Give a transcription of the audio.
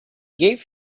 gave